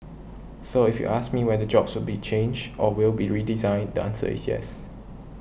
so if you ask me whether jobs will be changed or will be redesigned the answer is yes